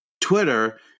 Twitter